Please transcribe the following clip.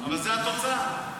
משה, לא יקרה כלום אם תגיד: